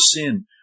sin